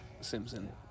Simpson